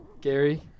Gary